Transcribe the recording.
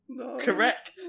Correct